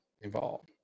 involved